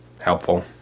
helpful